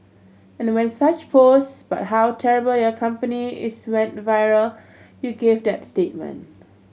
and when such posts but how terrible your company is went viral you gave that statement